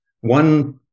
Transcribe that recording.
One